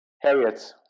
harriet